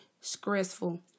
stressful